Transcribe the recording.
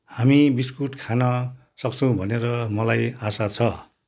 हामी बिस्कुट खान सक्छौँ भनेर मलाई आशा छ